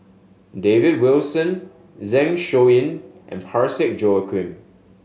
David Wilson Zeng Shouyin and Parsick Joaquim